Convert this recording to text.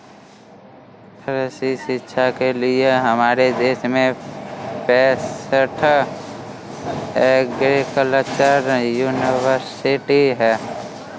कृषि शिक्षा के लिए हमारे देश में पैसठ एग्रीकल्चर यूनिवर्सिटी हैं